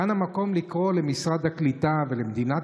כאן המקום לקרוא למשרד הקליטה ולמדינת